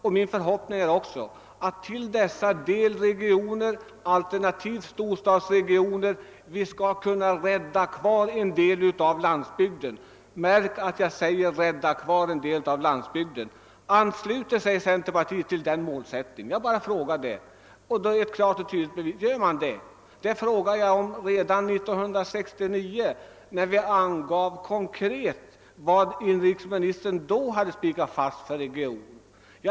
Då kan det hända att vi till dessa delregioner, alternativt storstadsregioner, skall kunna rädda kvar en del av landsbygden. Märk väl att jag använde ordet ”rädda kvar”. Ansluter sig centerpartiet till den målsättningen? Jag frågade samma sak redan 1969, när inrikesministern hade föreslagit regioner.